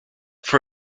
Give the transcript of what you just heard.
for